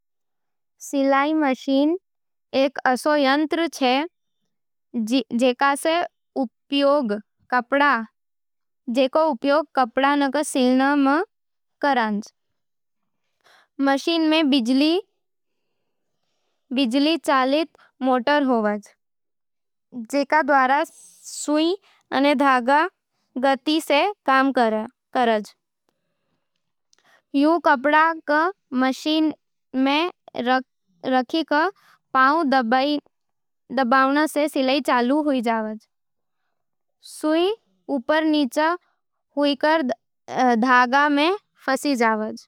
सिलाई मशीन एक ऐसा यंत्र, जिकरो उपयोग कपड़ा ने सिलाई करवाण खातर करंज। मशीन में बिजली चालित मोटर होवे, जिकरो द्वारा सुई अने धागा गति से काम करै। थू कपड़ा ने मशीन में रख, पाँव दबावन के सिलाई चालू हूई जावाज। सुई ऊपर-नीचे होके धागा में फँस जावज।